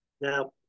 Now